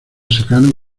secano